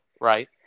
right